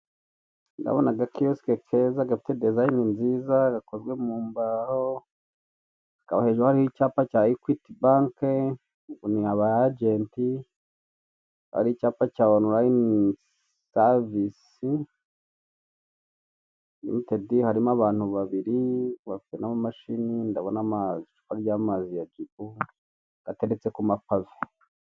Ndabona aga kiyosike(kioske) keza gafite dizayine(design) nziza ,gakozwe mumbaho , hejuru hariho icyapa cya ekwiti banki(Equity Bank) harimo aba agenti .Hari icyapa cya onurayini(online) serivise, muri kiyosike (kioske) harimo abantu babiri bafite ama mashini(machine) n'icupa ry'amazi rya gibu riteretse ku mapave.